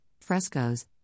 frescoes